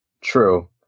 True